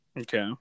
Okay